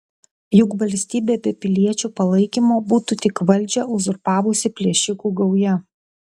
juk valstybė be piliečių palaikymo būtų tik valdžią uzurpavusi plėšikų gauja